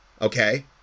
okay